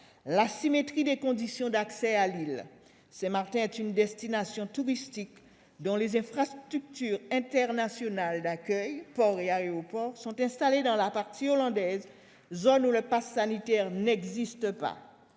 l'asymétrie des conditions d'accès à l'île. Saint-Martin est une destination touristique dont les infrastructures internationales d'accueil, port et aéroport, sont installées dans la partie néerlandaise, où le passe sanitaire n'existe pas.